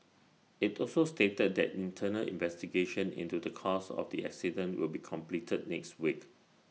IT also stated that internal investigations into the cause of the accident will be completed next week